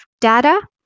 data